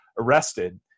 arrested